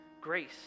grace